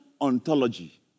ontology